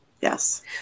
Yes